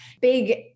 big